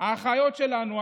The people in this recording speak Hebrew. האחיות שלנו,